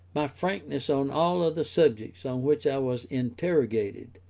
my frankness on all other subjects on which i was interrogated,